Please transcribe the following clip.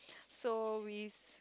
so we